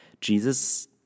Jesus